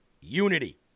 unity